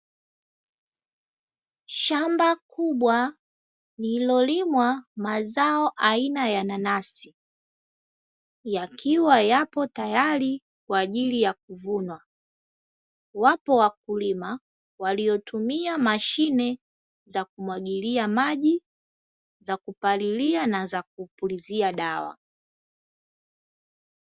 shamba kubwa lililolimwa mazao aina ya nanasi, yakiwa yapo tayari kwa ajili ya kuvunwa, wapo wakulima waliotumia mashine za kumwagilia maji, za kupalilia na za kupulizia dawa.